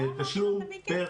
תשלום פר חניך.